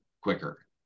quicker